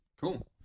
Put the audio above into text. Cool